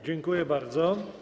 Dziękuję bardzo.